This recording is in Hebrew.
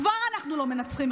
אנחנו כבר לא מנצחים.